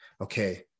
okay